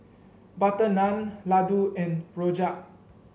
butter naan laddu and rojak